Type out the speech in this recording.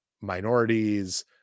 minorities